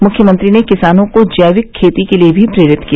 मुख्यमंत्री ने किसानों को जैविक खेती के लिए भी प्रेरित किया